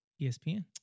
ESPN